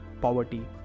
poverty